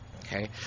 okay